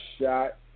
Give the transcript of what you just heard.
shot